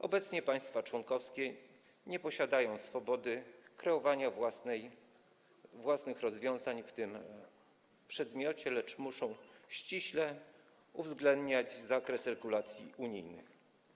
Obecnie państwa członkowskie nie posiadają swobody kreowania własnych rozwiązań w tym przedmiocie, lecz muszą ściśle uwzględniać zakres regulacji unijnych.